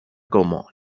como